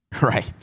Right